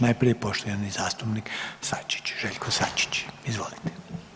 Najprije poštovani zastupnik Sačić, Željko Sačić, izvolite.